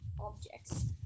objects